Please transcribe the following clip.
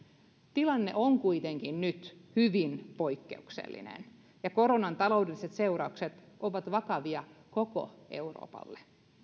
tilanne on kuitenkin nyt hyvin poikkeuksellinen ja koronan taloudelliset seuraukset ovat vakavia koko euroopalle